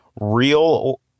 real